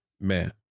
man